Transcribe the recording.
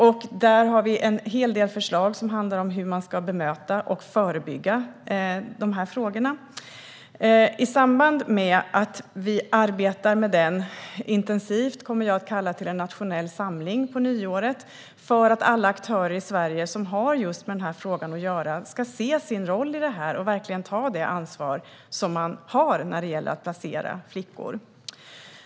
Vi har en hel del förslag som handlar om hur man ska bemöta och förebygga de frågorna. I samband med att vi arbetar med den intensivt kommer jag att kalla till en nationell samling på nyåret för att alla aktörer i Sverige som har med den här frågan att göra ska se sin roll i detta och verkligen ta det ansvar som de har när det gäller att placera flickor.